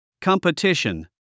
Competition